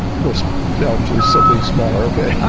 list down to something smaller. okay.